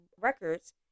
Records